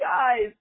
guys